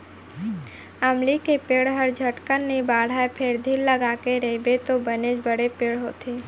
अमली के पेड़ हर झटकन नइ बाढ़य फेर धीर लगाके रइबे तौ बनेच बड़े पेड़ होथे